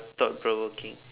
thought provoking